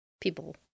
people